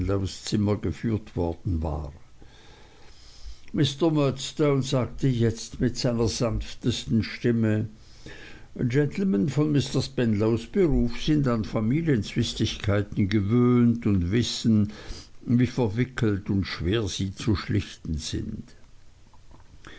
spenlows zimmer geführt worden war mr murdstone sagte jetzt mit seiner sanftesten stimme gentlemen von mr spenlows beruf sind an familienzwistigkeiten gewöhnt und wissen wie verwickelt und schwer sie zu schlichten sind